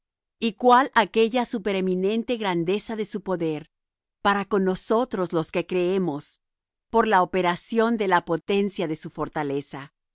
y cuál aquella supereminente grandeza de su poder para con nosotros los que creemos por la operación de la potencia de su fortaleza